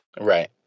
Right